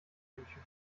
wünschen